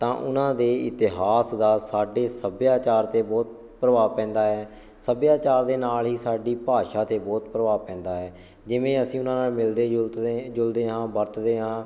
ਤਾਂ ਉਨ੍ਹਾਂ ਦੇ ਇਤਿਹਾਸ ਦਾ ਸਾਡੇ ਸੱਭਿਆਚਾਰ 'ਤੇ ਬਹੁਤ ਪ੍ਰਭਾਵ ਪੈਂਦਾ ਹੈ ਸੱਭਿਆਚਾਰ ਦੇ ਨਾਲ਼ ਹੀ ਸਾਡੀ ਭਾਸ਼ਾ 'ਤੇ ਬਹੁਤ ਪ੍ਰਭਾਵ ਪੈਂਦਾ ਹੈ ਜਿਵੇਂ ਅਸੀਂ ਉਹਨਾਂ ਨਾਲ ਮਿਲਦੇ ਜੁਲਦੇ ਜੁਲਦੇ ਹਾਂ ਵਰਤਦੇ ਹਾਂ